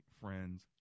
friends